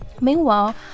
Meanwhile